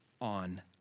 on